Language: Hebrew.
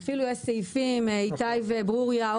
יש סעיפים איתי וברוריה,